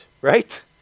right